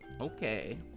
Okay